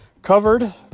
Covered